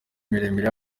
miremire